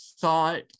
thought